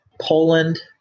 Poland